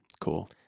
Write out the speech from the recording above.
Cool